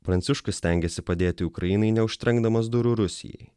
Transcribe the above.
pranciškus stengėsi padėti ukrainai neužtrenkdamas durų rusijai